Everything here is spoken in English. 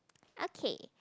okay